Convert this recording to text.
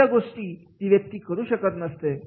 अशा गोष्टी ती व्यक्ती करू शकत नसत